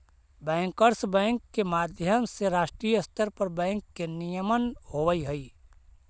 bankers bank के माध्यम से राष्ट्रीय स्तर पर बैंक के नियमन होवऽ हइ